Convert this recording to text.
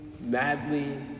madly